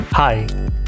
Hi